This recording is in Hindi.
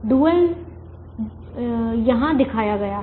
डुअल दोहरा यहाँ दिखाया गया है